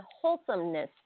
wholesomeness